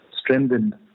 strengthened